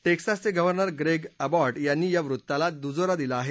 टेक्सोसचे governor Greg Abbott यांनी या वृत्ताला दुजोरा दिला आहे